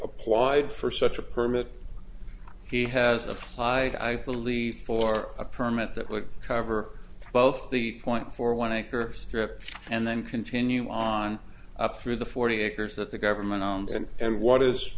applied for such a permit he has applied i believe for a permit that would cover both the point for one acre of strips and then continue on up through the forty acres that the government owned and what is